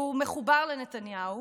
הוא מחובר לנתניהו